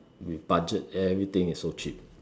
with budget everything is so cheap